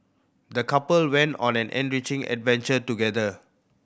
the couple went on an enriching adventure together